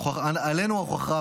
עלינו ההוכחה,